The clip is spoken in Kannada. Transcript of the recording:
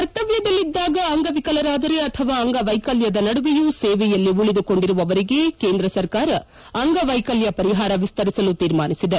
ಕರ್ತವ್ಯದಲ್ಲಿದ್ದಾಗ ಅಂಗವಿಕಲರಾದರೆ ಅಥವಾ ಅಂಗವ್ಯೆಕಲ್ವದ ನಡುವೆಯೂ ಸೇವೆಯಲ್ಲಿ ಉಳಿದುಕೊಂಡಿರುವವರಿಗೆ ಕೇಂದ್ರ ಸರ್ಕಾರ ಅಂಗವೈಕಲ್ಲ ಪರಿಹಾರ ವಿಸ್ತರಿಸಲು ತೀರ್ಮಾನಿಸಿದೆ